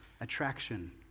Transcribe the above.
attraction